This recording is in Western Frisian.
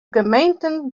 gemeenten